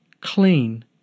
clean